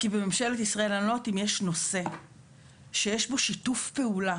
כי בממשלת ישראל אני לא יודעת אם יש נושא שיש בו שיתוף פעולה